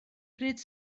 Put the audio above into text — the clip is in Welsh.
pryd